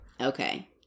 okay